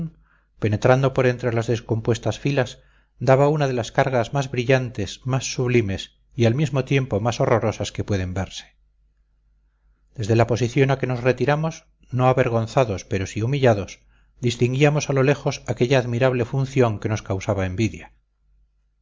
penetrando por entre las descompuestas filas daba una de las cargas más brillantes más sublimes y al mismo tiempo más horrorosas que pueden verse desde la posición a que nos retiramos no avergonzados pero sí humillados distinguíamos a lo lejos aquella admirable función que nos causaba envidia